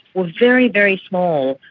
were very very small.